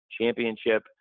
championship